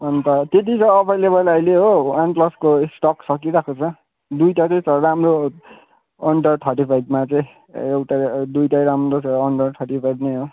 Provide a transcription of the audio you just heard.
अन्त त्यति छ अभाइलेबल अहिले हो वान प्लसको स्टक सकिरहेको छ दुइटा चाहिँ छ राम्रो अन्डर थर्टी फाइभमा चाहिँ एउटा दुइटै राम्रो छ अन्डर थर्टी फाइभमै हो